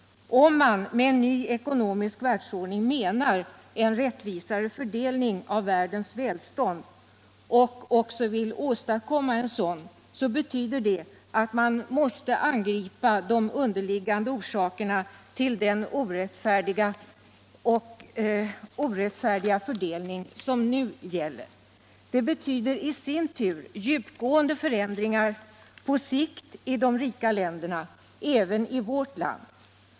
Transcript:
Om man med en ny ekonomisk världordning menar en rättvisare fördelning av världens välstånd och också vill åstadkomma en sådan, så Internationellt utvecklingssamar betyder det att man måste angripa de underliggande orsakerna till den orättfärdiga fördelning som nu gäller. Det betyder i sin tur djupgående förändringar på sikt i de rika länderna — även i vårt land.